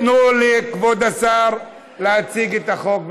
תנו לכבוד השר להציג את החוק.